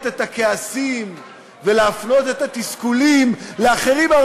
את הכעסים ולהפנות את התסכולים לאחרים.